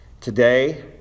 today